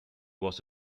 was